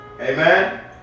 Amen